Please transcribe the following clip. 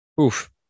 Oof